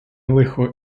лихо